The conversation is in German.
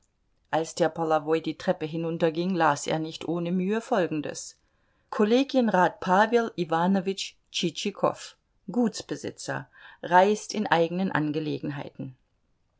als der polowoi die treppe hinunterging las er nicht ohne mühe folgendes kollegienrat pawel iwanowitsch tschitschikow gutsbesitzer reist in eigenen angelegenheiten